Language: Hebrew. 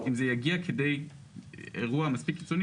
אם זה יגיע כדי אירוע מספיק קיצוני,